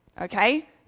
okay